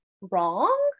wrong